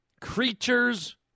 creatures